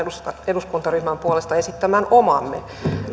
eduskuntaryhmän puolesta esittämään omamme